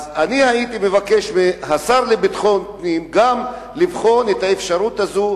אז אני הייתי מבקש מהשר לביטחון פנים גם לבחון את האפשרות הזו,